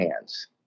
hands